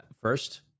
first